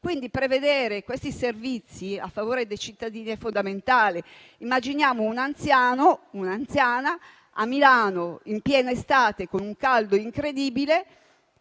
Quindi, prevedere questi servizi a favore dei cittadini è fondamentale. Immaginiamo dove possono rifugiarsi un anziano o un'anziana a Milano, in piena estate, con un caldo incredibile: